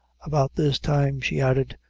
about this time, she added,